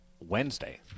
Wednesday